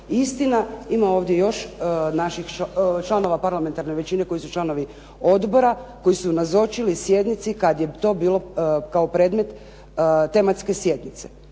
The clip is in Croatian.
istina, ima ovdje još naših članova parlamentarne većine, koji su članovi odbora, koji su nazočili sjednici kad je to bilo kao predmet tematske sjednice.